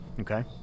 Okay